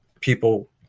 people